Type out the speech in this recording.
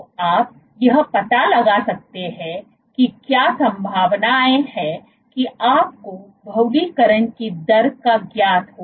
तो आप यह पता लगा सकते हैं कि क्या संभावना है कि आप को बहुलीकरण की दर का ज्ञात हो